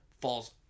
falls